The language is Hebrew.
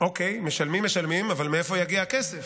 אוקיי, משלמים, משלמים, אבל מאיפה יגיע הכסף?